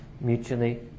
mutually